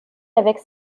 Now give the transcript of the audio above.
avec